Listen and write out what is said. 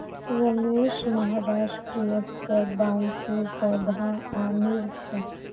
रमेश महाराष्ट्र स बांसेर पौधा आनिल छ